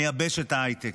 מייבש את ההייטק,